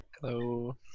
Hello